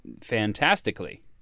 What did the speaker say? fantastically